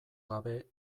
gabe